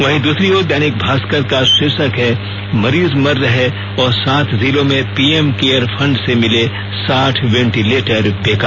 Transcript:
वहीं दूसरी ओर दैनिक भास्कर का शीर्षक है मरीज मर रहे और सात जिलों में पीएम केयर फंड से मिले साठ वेंटिलेटर बेकार